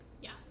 Yes